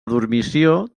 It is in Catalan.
dormició